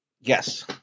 Yes